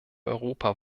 europa